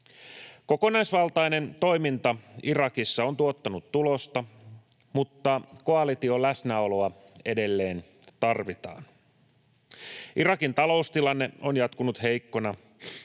Kokonaisvaltainen toiminta Irakissa on tuottanut tulosta, mutta koalition läsnäoloa edelleen tarvitaan. Irakin taloustilanne on jatkunut heikkona.